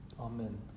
Amen